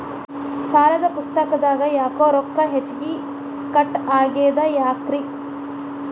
ಸಾಲದ ಪುಸ್ತಕದಾಗ ಯಾಕೊ ರೊಕ್ಕ ಹೆಚ್ಚಿಗಿ ಕಟ್ ಆಗೆದ ಯಾಕ್ರಿ?